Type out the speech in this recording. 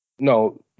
No